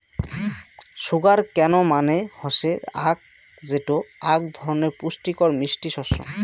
sugar cane মানে হসে আখ যেটো আক ধরণের পুষ্টিকর মিষ্টি শস্য